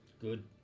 Good